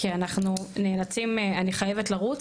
כי אני חייבת לרוץ.